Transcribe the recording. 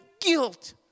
guilt